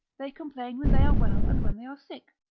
they complain when they are well and when they are sick,